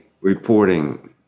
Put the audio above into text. reporting